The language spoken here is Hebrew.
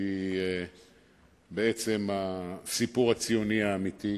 שהיא הסיפור הציוני האמיתי,